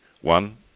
one